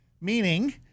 meaning